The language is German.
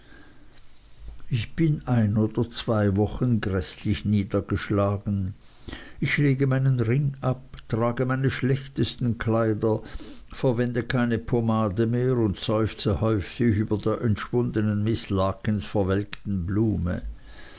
ich bin ein oder zwei wochen gräßlich niedergeschlagen ich lege meinen ring ab trage meine schlechtesten kleider verwende keine pomade mehr und seufze häufig über der entschwundenen miß larkins verwelkten blume